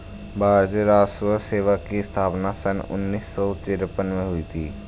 भारतीय राजस्व सेवा की स्थापना सन उन्नीस सौ तिरपन में हुई थी